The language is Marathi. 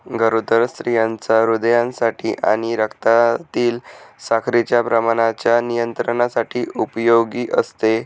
गरोदर स्त्रियांच्या हृदयासाठी आणि रक्तातील साखरेच्या प्रमाणाच्या नियंत्रणासाठी उपयोगी असते